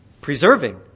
preserving